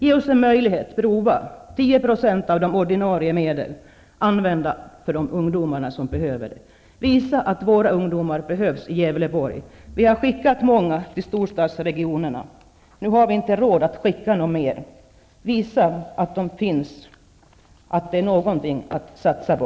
Ge oss en möjlighet att prova att använda 10 % av medlen till de ungdomar som behöver det. Visa att våra ungdomar behövs i Gävleborg! Vi har skickat många ungdomar till storstadsregionerna, men nu har vi inte råd att skicka flera. Visa att ungdomarna finns, och att de är någonting att satsa på!